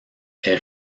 est